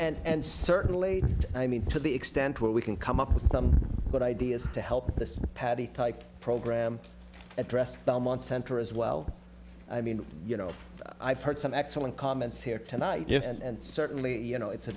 look and certainly i mean to the extent we can come up with some but ideas to help this patty type program at rest belmont center as well i mean you know i've heard some excellent comments here tonight yes and certainly you know it's a